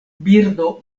birdo